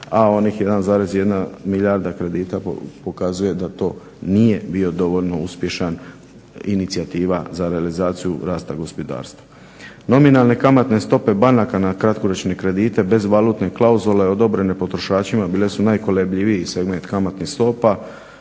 a onih 1,1 milijarda kredita pokazuje da to nije bilo dovoljno uspješna inicijativa za realizaciju rasta gospodarstva. Nominalne kamatne stope banaka na kratkoročne kredite bez valutne klauzule odobrene potrošačima bile su najkolebljiviji segment kamatnih stopa,